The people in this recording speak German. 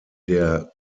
der